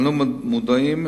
אנו מודעים,